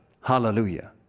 Hallelujah